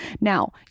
Now